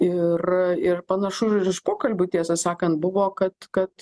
ir ir panašu ir iš pokalbių tiesą sakant buvo kad kad